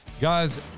Guys